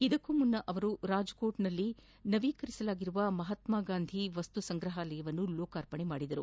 ಇದಕ್ಕೂ ಮುನ್ನ ಅವರು ರಾಜ್ಕೋಟ್ನಲ್ಲಿ ನವೀಕರಿಸಲಾಗಿರುವ ಮಹಾತ್ಮಾಂಧಿ ವಸ್ತು ಸಂಗ್ರಹಾಲಯವನ್ನು ಲೋಕಾರ್ಪಣೆ ಮಾಡಿದರು